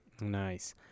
Nice